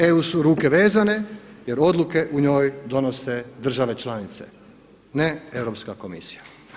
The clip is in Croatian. EU su ruke vezane jer odluke u njoj donose države članice ne Europska komisija.